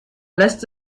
lässt